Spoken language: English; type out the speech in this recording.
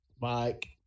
Mike